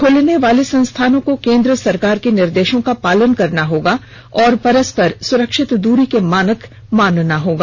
खुलने वाले संस्थानों को केन्द्र सरकार के निर्देशों का पालन करना होगा और परस्पर सुरक्षित दूरी को मानक को मानना होगा